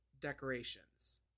decorations